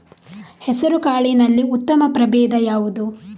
ಹೆಸರುಕಾಳಿನಲ್ಲಿ ಉತ್ತಮ ಪ್ರಭೇಧ ಯಾವುದು?